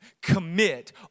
Commit